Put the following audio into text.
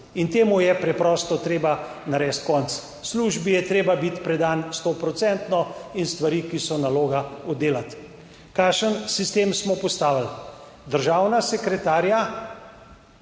in temu je preprosto treba narediti konec. Službi je treba biti predan sto procentno in stvari, ki so naloga oddelati. Kakšen sistem, smo postavili? Državna sekretarja,